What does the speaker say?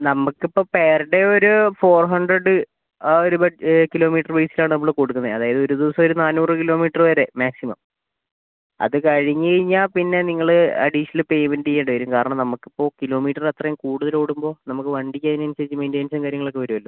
നമുക്കിപ്പോൾ per day ഒരു four hundred ആ ഒരു ബ കിലോമീറ്റർ ബേസ് ചെയ്തിട്ടാണ് നമ്മൾ കൊടുക്കുന്നത് അതായത് ഒരു ദിവസം ഒരു നാനൂറ് കിലോമീറ്റർ വരെ മാക്സിമം അതു കഴിഞ്ഞു കഴിഞ്ഞാൽ പിന്നെ നിങ്ങൾ അഡിഷണൽ പേയ്മെൻറ് ചെയ്യേണ്ടിവരും കാരണം നമുക്കിപ്പോൾ കിലോമീറ്റർ അത്രയും കൂടുതലോടുമ്പോൾ നമുക്ക് വണ്ടിക്ക് അതിനനുസരിച്ചു മെയ്ന്റനൻസും കാര്യങ്ങളുമൊക്കെ വരുമല്ലോ